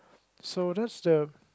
so that's the